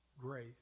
grace